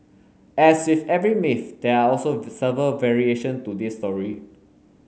as with every myth there are also several variation to this story